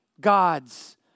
God's